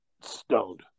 stoned